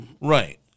right